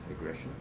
Aggression